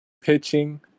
Pitching